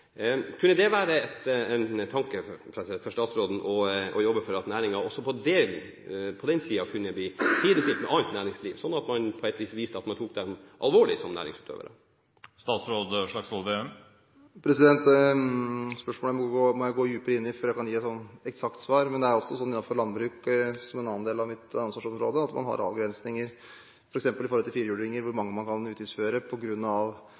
kunne ikke ha næringsavskrivninger på snøscootere, for de kunne brukes på fritiden. Kunne det være en tanke for statsråden å jobbe for at næringen også på den siden kunne bli likestilt med annet næringsliv, sånn at man viste at man tok dem alvorlig som næringsutøvere? Det spørsmålet må jeg gå dypere inn i før jeg kan gi et eksakt svar. Men det er sånn innenfor landbruk, som er en annen del av mitt ansvarsområde, at man har avgrensninger f.eks. i forhold til firehjulinger på hvor